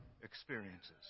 experiences